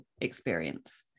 experience